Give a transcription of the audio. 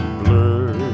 blur